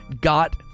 got